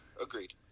Agreed